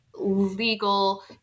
legal